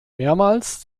mehrmals